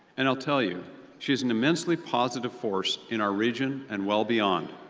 and, i'll tell you she is an immensely positive force in our region and well beyond.